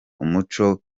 umuco